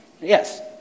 Yes